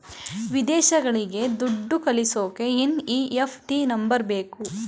ವಿದೇಶಗಳಿಗೆ ದುಡ್ಡು ಕಳಿಸೋಕೆ ಎನ್.ಇ.ಎಫ್.ಟಿ ನಂಬರ್ ಬೇಕು